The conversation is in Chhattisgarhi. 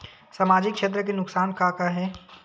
सामाजिक क्षेत्र के नुकसान का का हे?